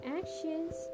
actions